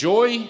Joy